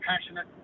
passionate